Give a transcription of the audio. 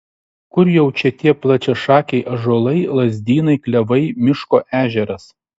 kur jau čia tie plačiašakiai ąžuolai lazdynai klevai miško ežeras